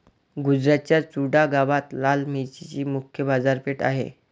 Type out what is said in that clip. गुजरातच्या चुडा गावात लाल मिरचीची मुख्य बाजारपेठ आहे